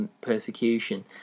persecution